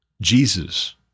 Jesus